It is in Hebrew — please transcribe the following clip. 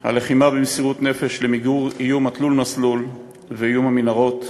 על לחימה במסירות נפש למיגור האיום התלול-מסלול ואיום המנהרות.